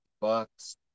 Bucks